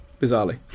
bizarrely